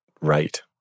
right